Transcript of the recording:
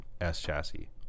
S-Chassis